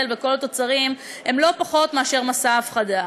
וכל התוצרים שלה הם לא פחות מאשר מסע הפחדה.